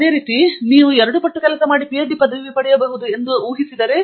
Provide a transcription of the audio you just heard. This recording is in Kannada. ಆದರೆ ನಂತರ ನೀವು ಅದರಲ್ಲಿ ಎರಡು ಪಟ್ಟು ಕೆಲಸ ಮಾಡಿ ಪಿಎಚ್ಡಿ ಪದವಿ ಪಡೆಯಬಹುದು ಎಂದು ಅರ್ಥವಲ್ಲ